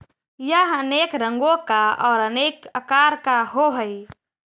यह अनेक रंगों का और अनेक आकार का होव हई